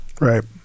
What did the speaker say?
right